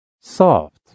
soft